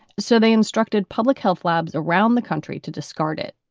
so they instructed public health labs around the country to discard it.